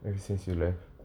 ever since you left